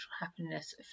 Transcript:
happiness